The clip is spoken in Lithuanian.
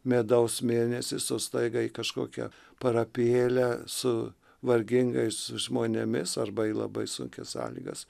medaus mėnesis o staiga į kažkokią parapijėlę su vargingais žmonėmis arba į labai sunkias sąlygas